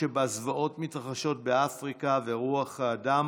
לאו, חברי הנהלת הכנסת, ואחרונים חביבים,